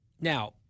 Now